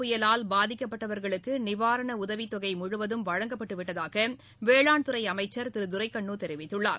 புயலால் பாதிக்கப்பட்டவர்களுக்கு நிவாரண உதவித் தொகை கஜா வழங்கப்பட்டுவிட்டதாக வேளாண்துறை அமைச்சர் திரு துரைக்கண்ணு தெரிவித்துள்ளார்